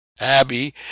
Abby